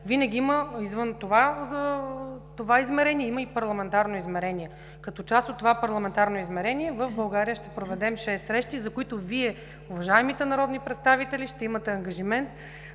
комисии на Съвета, винаги има и парламентарно измерение. Като част от това парламентарно измерение в България ще проведем шест срещи, за които Вие – уважаемите народни представители, ще имате ангажимент